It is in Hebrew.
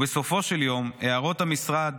בסופו של יום, הערות המשרד